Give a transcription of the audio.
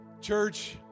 Church